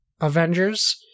Avengers